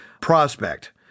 prospect